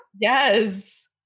Yes